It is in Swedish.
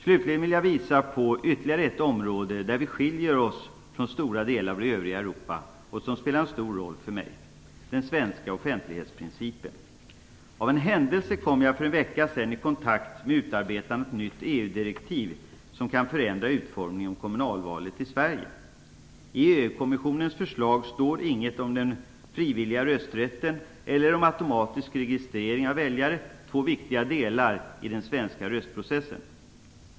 Slutligen vill jag visa på ytterligare ett område där vi skiljer oss från stora delar av övriga Europa och som spelar en stor roll för mig: den svenska offentlighetsprincipen. Av en händelse kom jag för en vecka sedan i kontakt med utarbetandet av ett nytt EU-direktiv som kan förändra utformningen av kommunalvalen i Sverige. I EU-kommissionens förslag står det inget om den frivilliga rösträtten eller om en automatisk registrering av väljare - två viktiga delar i den svenska röstprocessen.